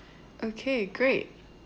okay great